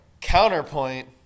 counterpoint